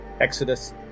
Exodus